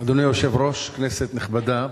אדוני היושב-ראש, כנסת נכבדה,